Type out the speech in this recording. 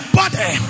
body